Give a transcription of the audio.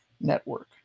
Network